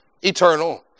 eternal